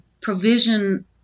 provision